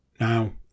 Now